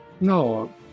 No